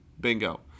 Bingo